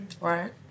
Right